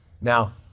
now